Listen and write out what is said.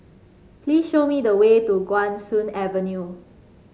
please show me the way to Guan Soon Avenue